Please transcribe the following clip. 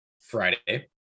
friday